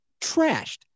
trashed